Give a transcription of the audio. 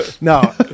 no